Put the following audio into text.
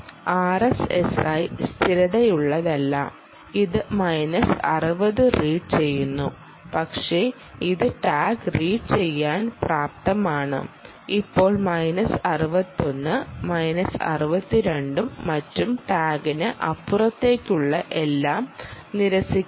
RSSI സ്ഥിരതയുള്ളതല്ല ഇത് minus 60 read ചെയ്യുന്നു പക്ഷേ ഇത് ടാഗ് റീഡ് ചെയ്യാൻ പ്രാപ്തമാണ് ഇപ്പോൾ മൈനസ് 61 മൈനസ് 62 ഉം മറ്റും ടാഗിന് അപ്പുറത്തുള്ള എല്ലാം നിരസിക്കുന്നു